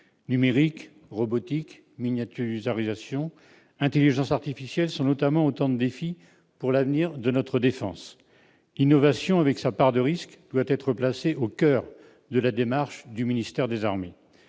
Numérique, robotique, miniaturisation, intelligence artificielle sont autant de défis pour l'avenir de notre défense. L'innovation, avec sa part de risques, doit être placée au coeur de la démarche du ministère des armées.